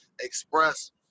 express